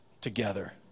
together